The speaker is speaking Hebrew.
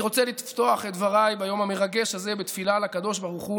אני רוצה לפתוח את דבריי ביום המרגש הזה בתפילה לקדוש ברוך הוא